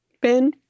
Ben